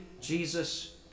Jesus